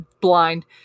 blind